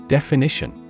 Definition